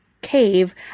Cave